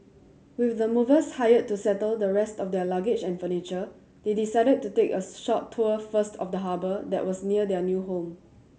with the movers hired to settle the rest of their luggage and furniture they decided to take a short tour first of the harbour that was near their new home